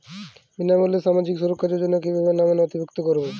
বিনামূল্যে সামাজিক সুরক্ষা যোজনায় কিভাবে নামে নথিভুক্ত করবো?